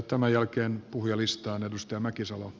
tämän jälkeen puhujalistaan